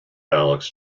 alex